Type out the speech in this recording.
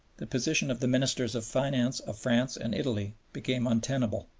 the position of the ministers of finance of france and italy became untenable.